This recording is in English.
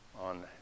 on